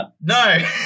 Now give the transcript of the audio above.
No